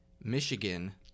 Michigan